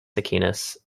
aquinas